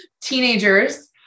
teenagers